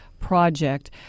Project